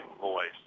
voice